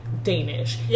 danish